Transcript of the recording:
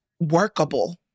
workable